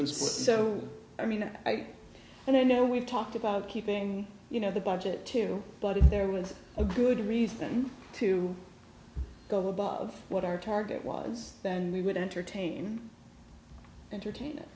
was so i mean i and i know we've talked about keeping you know the budget too but if there was a good reason to go above what our target was then we would entertain entertain